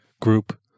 group